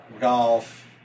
golf